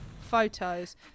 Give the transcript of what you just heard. photos